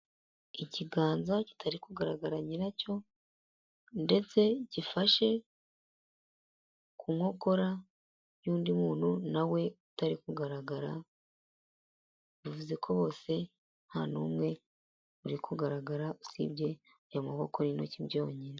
Ikiganza kitari kugaragara nyiracyo, ndetse gifashe ku nkokora y'undi muntu, nawe utari kugaragara, bivuze ko bose nta n'umwe uri kugaragara usibye ayo maboko y'intoki byonyine.